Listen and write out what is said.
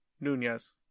Nunez